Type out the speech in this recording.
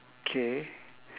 K